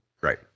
right